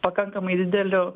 pakankamai dideliu